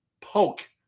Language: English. poke